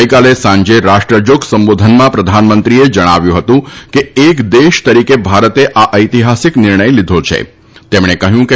ગઇકાલે સાંજે રાષ્ટ્રજાગ સંબોધનમાં પ્રધાનમંત્રીએ જણાવ્યું હતું કે એક દેશ તરીકે ભારતે આ ઐતિહાસિક નિર્ણય લીધો છેતેમણે કહ્યું કે